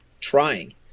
trying